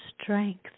strength